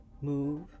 move